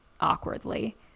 awkwardly